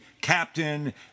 captain